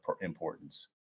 importance